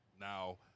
Now